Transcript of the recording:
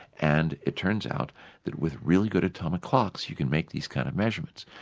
and it turns out that with really good atomic clocks you can make these kinds of measurements.